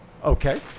Okay